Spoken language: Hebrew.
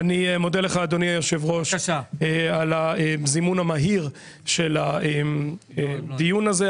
אני מודה לך אדוני היושב ראש על הזימון המהיר של הדיון הזה,